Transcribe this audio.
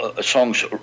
Songs